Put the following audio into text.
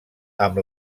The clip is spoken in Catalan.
amb